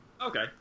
Okay